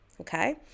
okay